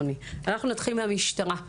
נתחיל מהמשטרה.